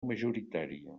majoritària